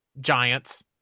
giants